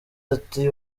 ati